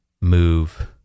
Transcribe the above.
move